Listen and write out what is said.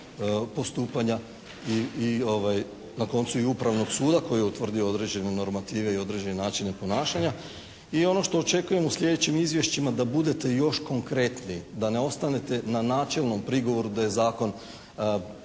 postupanja i na koncu Upravnog suda koji je utvrdio određene normative i određene načine ponašanja. I ono što očekujem u sljedećim Izvješćima da budete još konkretniji, da ne ostanete na načelnom prigovoru da je zakon